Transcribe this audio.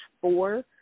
four